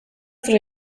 zure